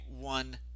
one